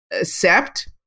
accept